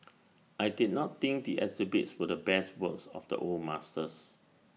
I did not think the exhibits were the best works of the old masters